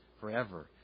forever